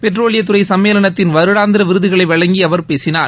பெட்ரோலியத்துறை சம்மேளனத்தின் வருடாந்திர விருதுகளை வழங்கி அவர் பேசினார்